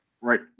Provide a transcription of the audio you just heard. Right